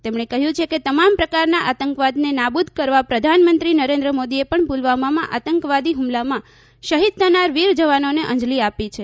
તેમણે કહ્યું છે કે તમામ પ્રકારના આતંકવાદને નાબુદ કરવા પ્રધાનમંત્રી નરેન્દ્ર મોદીએ પણ પુલવામામાં આતંકવાદી હ્મલામાં શહિદ થનાર વીર જવાનોને અંજલી આપી છે